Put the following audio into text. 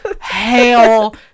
hail